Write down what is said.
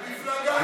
מפלגה אנטישמית.